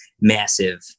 massive